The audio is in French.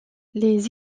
les